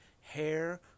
hair